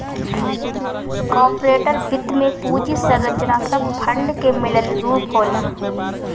corporate वित्त में पूंजी संरचना सब फंड के मिलल रूप होला